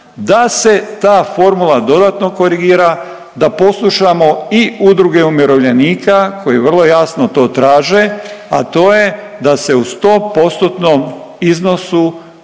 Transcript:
da se ta formula dodatno korigira, da poslušamo i udruge umirovljenika koje vrlo jasno to traže, a to je da se u 100